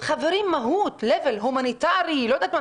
חברים, מהות, הומניטרי, לא יודעת מה.